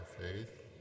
faith